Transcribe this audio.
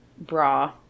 bra